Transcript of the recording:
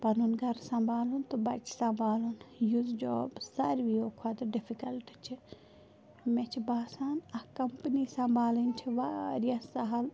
پَنُن گَرٕ سنٛبالُن تہٕ بچہِ سنٛبالُن یُس جاب ساروِیو کھۄتہٕ ڈِفِکلٹ چھِ مےٚ چھِ باسان اَکھ کمپٔنی سنٛبالٕنۍ چھِ واریاہ سَہل